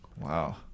Wow